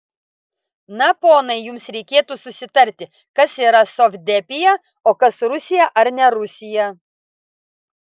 na ponai jums reikėtų susitarti kas yra sovdepija o kas rusija ar ne rusija